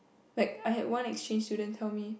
like I had one exchange student tell me